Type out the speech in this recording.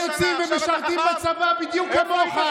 הם יוצאים ומשרתים בצבא בדיוק כמוך.